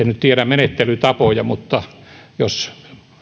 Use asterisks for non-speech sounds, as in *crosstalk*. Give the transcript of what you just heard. *unintelligible* nyt tiedä menettelytapoja mutta jos